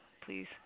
Please